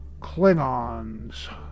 Klingons